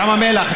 ים המלח.